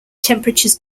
temperatures